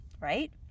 right